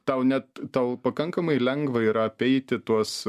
tau net tau pakankamai lengva yra apeiti tuos